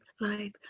Life